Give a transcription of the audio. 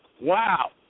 Wow